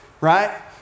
Right